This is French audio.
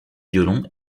violon